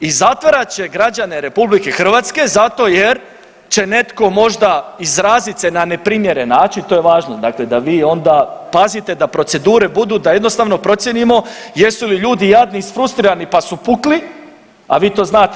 I zatvarat će građane Republike Hrvatske zato jer će netko možda izrazit se na neprimjeren način, to je važno, dakle da vi onda pazite da procedure budu da jednostavno procijenimo jesu li ljudi jadni, isfrustrirani pa su pukli, a vi to znate.